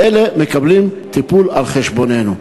אלה מקבלים טיפול על חשבוננו.